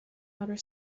outer